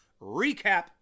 recap